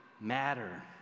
matter